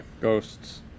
Ghosts